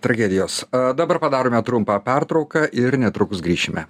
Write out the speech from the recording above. tragedijos a dabar padarome trumpą pertrauką ir netrukus grįšime